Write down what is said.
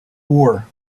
war